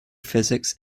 physics